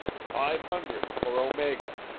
five hundred for omega!